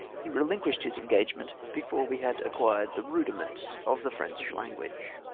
he rehnquished his engagement before we had acquired the rudiments of the french language.